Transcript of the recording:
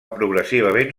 progressivament